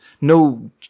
no